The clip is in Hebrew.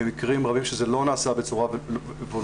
במקרים רבים שזה לא נעשה בצורה וולנטרית,